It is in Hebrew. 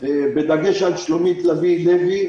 בדגש על שלומית לביא לוי.